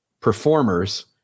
performers